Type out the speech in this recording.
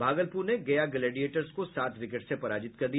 भागलपुर ने गया ग्लेडियर्ट्स को सात विकेट से पराजित कर दिया